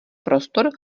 prostor